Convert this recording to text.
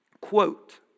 quote